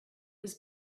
was